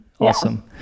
Awesome